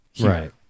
Right